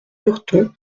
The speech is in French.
lurton